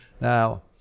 Now